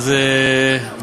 אוקיי.